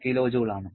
7 kJ ആണ്